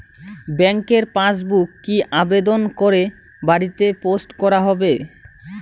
ব্যাংকের পাসবুক কি আবেদন করে বাড়িতে পোস্ট করা হবে?